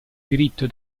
diritto